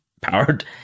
powered